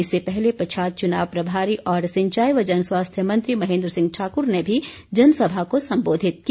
इससे पहले पच्छाद चुनाव प्रभारी और सिंचाई व जन स्वास्थ्य मंत्री महेन्द्र सिंह ठाकुर ने भी जनसभा को संबोधित किया